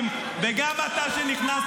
כמה מגלומן אתה יכול להיות?